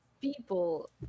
people